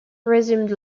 resumed